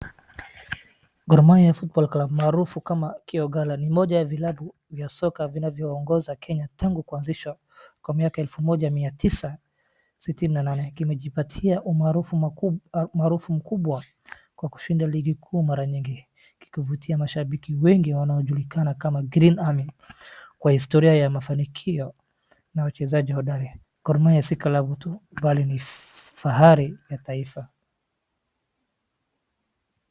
Gor Mahia Football Club maarufu kama K'Ogalo ni moja ya vilabu vya soka vinavyoongoza Kenya tangu kuanzishwa kwa mwaka elfu moja mia tisa sitini na nane. Kimejipatia umaarufu mkuu kwa kushinda ligi kuu mara nyingi kikivutia mashabiki wengi wanaojulikana kama Green Army kwa historia ya mafanikio na wachezaji hodari. Gor Mahia si klabu tu bali ni fahari ya taifa.